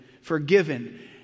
forgiven